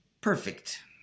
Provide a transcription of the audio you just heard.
perfect